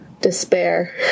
despair